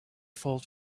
fault